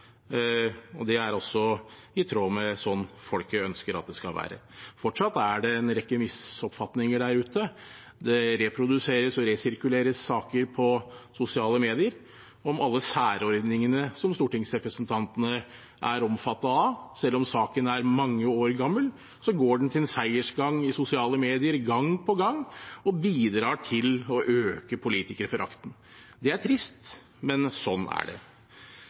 Fortsatt er det en rekke misoppfatninger der ute. Det reproduseres og resirkuleres saker på sosiale medier om alle særordningene som stortingsrepresentantene er omfattet av. Selv om saken er mange år gammel, går den sin seiersgang i sosiale medier gang på gang og bidrar til å øke politikerforakten. Det er trist, men sånn er det.